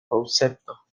concepto